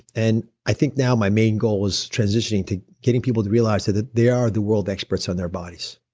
and i think now my main goal is transitioning to getting people to realize that they are the world experts on their bodies,